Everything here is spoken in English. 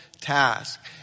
task